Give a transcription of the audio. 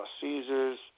Caesars